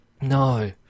No